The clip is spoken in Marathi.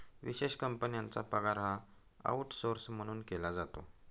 विशेष कंपन्यांचा पगार हा आऊटसौर्स म्हणून केला जातो